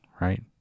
right